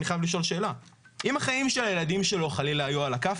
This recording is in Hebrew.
אני חייב לשאול שאלה: אם החיים של הילדים שלו חלילה היו על הכף,